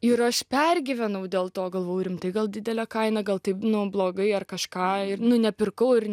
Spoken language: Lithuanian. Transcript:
ir aš pergyvenau dėl to galvojau rimtai gal didelė kaina gal taip nu blogai ar kažką ir nu nepirkau ir